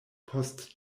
post